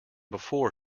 before